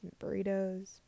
burritos